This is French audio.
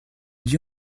dit